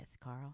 Carl